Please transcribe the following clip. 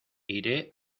iré